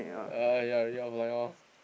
uh ya read off line loh